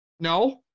No